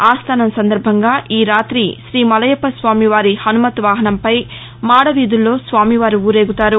ఆస్టానం సందర్భంగా ఈ రాతి శ్రీమలయప్ప స్వామివారి హనుమత్ వాహనంపై మాడ వీధుల్లో ఊరేగుతారు